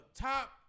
top